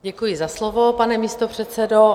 Děkuji za slovo, pane místopředsedo.